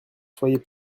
soyez